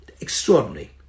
extraordinary